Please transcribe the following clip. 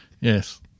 Yes